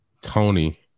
Tony